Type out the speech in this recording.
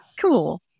Cool